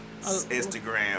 Instagram